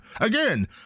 again